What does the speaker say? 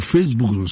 Facebook